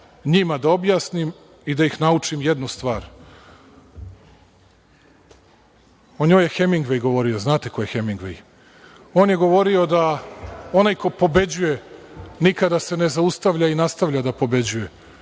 njima da objasnim i da ih naučim jednu stvar. O njoj je Hemingvej govorio, znate ko je Hemingvej. On je govorio da onaj ko pobeđuje, nikada se ne zaustavlja i nastavlja da pobeđuje.